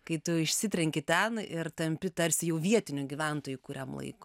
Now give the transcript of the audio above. kai tu išsitrenki ten ir tampi tarsi jau vietiniu gyventoju kuriam laikui